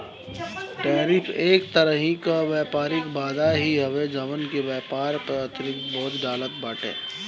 tariff एक तरही कअ व्यापारिक बाधा ही हवे जवन की व्यापार पअ अतिरिक्त बोझ डालत बाटे